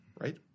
right